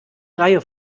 reihe